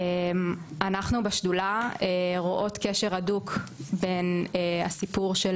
אנחנו בשדולה רואות קשר הדוק בין הסיפור של